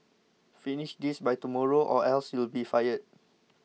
finish this by tomorrow or else you'll be fired